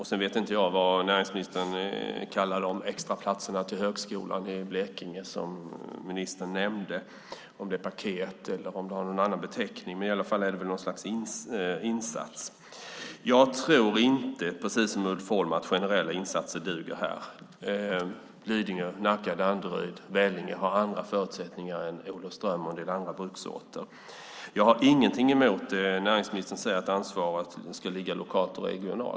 Jag vet inte vad näringsministern kallar de extra platserna till högskolan i Blekinge för som ju ministern nämnde om - om det där kallas för paket eller om det har någon annan beteckning; i alla fall är det väl något slags insats. Precis som Ulf Holm tror inte heller jag att generella insatser duger här. Lidingö, Nacka, Danderyd och Vellinge har andra förutsättningar än Olofström och en del andra bruksorter. Jag har inget emot vad näringsministern säger om att ansvaret ska ligga lokalt och regionalt.